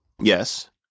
Yes